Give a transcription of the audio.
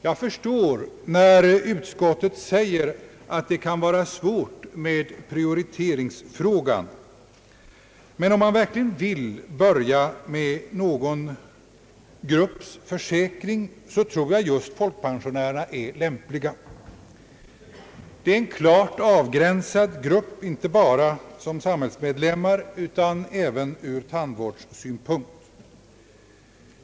Jag förstår när utskottet säger att det kan vara svårt med prioriteringsfrågan. Men om man verkligen vill börja med någon grupps försäkring tror jag just folkpensionärerna är lämpliga. Det är en klart avgränsad grupp, inte bara som samhällsmedlemmar utan även ur tandvårdssynpunkt.